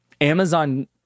Amazon